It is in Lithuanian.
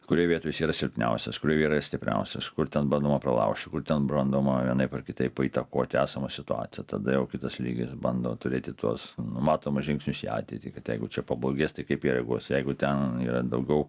kurioj vietoj jis yra silpniausias kurioj yra stipriausias kur ten bandoma pralaužti kur ten brandoma vienaip ar kitaip įtakoti esamą situaciją tada jau kitas lygis bando turėti tuos numatomus žingsnius į ateitį kad jeigu čia pablogės tai kaip jie reaguos jeigu ten daugiau